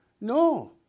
no